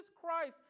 Christ